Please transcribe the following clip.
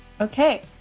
Okay